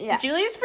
Julie's